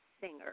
singer